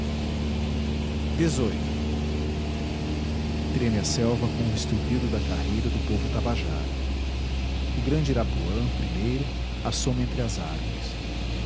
sorriu treme a selva com o estrupido da carreira do povo tabajara o grande irapuã primeiro assoma entre as árvores